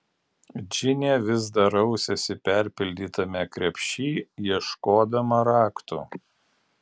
džinė vis dar rausėsi perpildytame krepšy ieškodama raktų